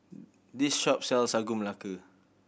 this shop sells Sagu Melaka